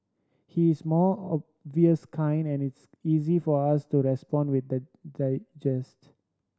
he is more obvious kind and it's easy for us to respond with the